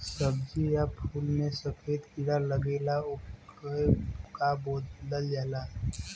सब्ज़ी या फुल में सफेद कीड़ा लगेला ओके का बोलल जाला?